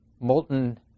molten